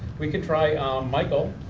we can try michael.